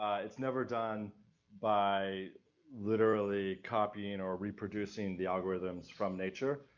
it's never done by literally copying or reproducing the algorithms from nature.